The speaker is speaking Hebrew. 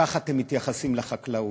ככה אתם מתייחסים לחקלאות.